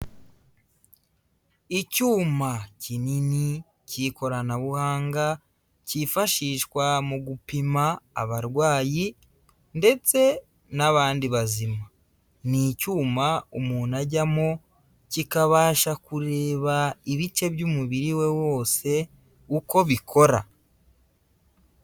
Icyuma kinini cy'ikoranabuhanga, cyifashishwa mu gupima abarwayi ndetse n'abandi bazima, ni icyuma umuntu ajyamo, kikabasha kureba ibice by'umubiri we wose uko bikora.